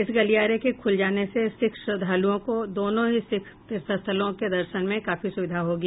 इस गलियारे के खुल जाने से सिख श्रद्धालुओं को दोनों ही सिख तार्थस्थलों के दर्शन में काफी सुविधा होगी